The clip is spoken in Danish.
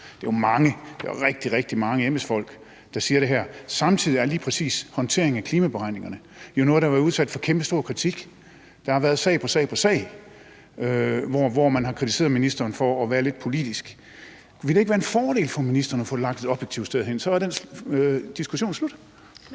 rigtig, rigtig mange – embedsfolk, der siger det her, og samtidig er lige præcis håndteringen af klimaberegningerne jo noget, der har været udsat for kæmpestor kritik. Der har været sag på sag, hvor man har kritiseret ministeren for at være lidt politisk. Ville det ikke være en fordel for ministeren at få det lagt et objektivt stod hen? Så var den diskussion slut.